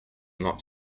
not